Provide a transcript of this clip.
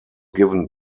given